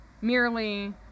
merely